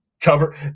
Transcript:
cover